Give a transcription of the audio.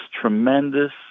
tremendous